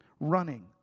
running